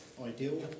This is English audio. ideal